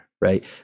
right